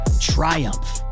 triumph